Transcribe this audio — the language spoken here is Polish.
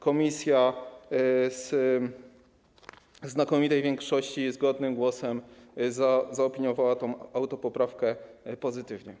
Komisja w znakomitej większości, zgodnym głosem zaopiniowała również tę autopoprawkę pozytywnie.